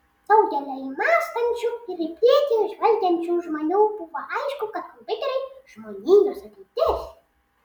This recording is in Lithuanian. daugeliui mąstančių ir į priekį žvelgiančių žmonių buvo aišku kad kompiuteriai žmonijos ateitis